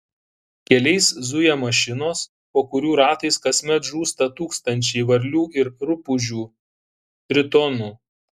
keliais zuja mašinos po kurių ratais kasmet žūsta tūkstančiai varlių ir rupūžių tritonų